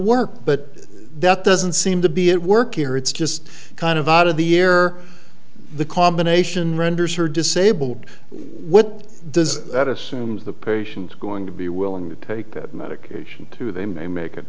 work but that doesn't seem to be at work here it's just kind of out of the year the combination renders her disabled what does that assumes the patient going to be willing to take that medication too they may make a